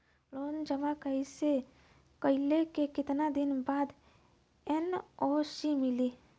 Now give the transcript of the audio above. Loan जमा कइले के कितना दिन बाद एन.ओ.सी मिली?